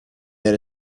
that